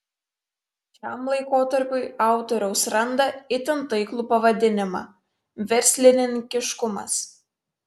šiam laikotarpiui autoriaus randa itin taiklų pavadinimą verslininkiškumas